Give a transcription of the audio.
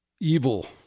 evil